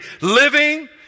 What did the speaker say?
Living